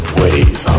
ways